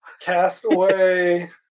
Castaway